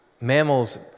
mammals